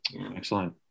Excellent